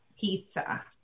Pizza